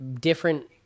different